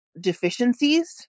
deficiencies